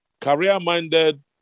career-minded